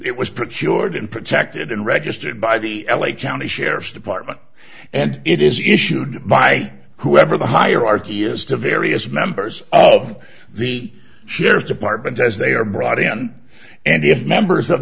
it was pretty short and protected and registered by the l a county sheriff's department and it is issued by whoever the hierarchy is to various members of the sheriff's department as they are brought in and if members of